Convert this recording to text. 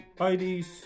IDs